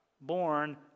Born